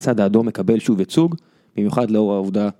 צד האדום מקבל שוב ייצוג, במיוחד לאור העבודה.